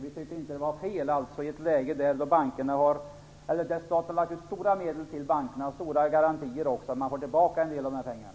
Vi tycker inte att det är fel, i ett läge där staten lagt ut stora medel och stora garantier när det gäller bankerna, att man får tillbaka en del av de här pengarna.